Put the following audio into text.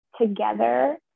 together